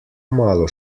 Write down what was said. malo